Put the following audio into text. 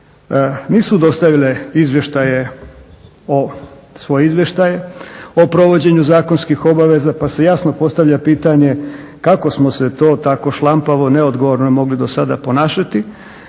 izvještaje, svoje izvještaje o provođenju zakonskih obaveza, pa se jasno postavlja pitanje kako smo se to tako šlampavo, neodgovorno mogli do sada ponašati,